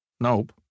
Nope